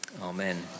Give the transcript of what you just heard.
Amen